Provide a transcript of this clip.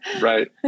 Right